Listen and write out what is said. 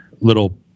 little